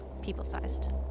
People-sized